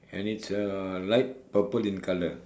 and it's a light purple in colour